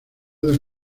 del